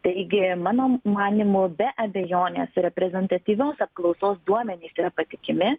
taigi mano manymu be abejonės reprezentatyvios apklausos duomenys yra patikimi